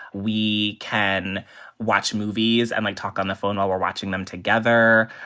we can watch movies and, like, talk on the phone while we're watching them together.